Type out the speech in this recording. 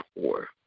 poor